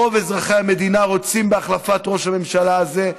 רוב אזרחי המדינה רוצים בהחלפת ראש הממשלה הזה.